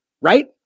Right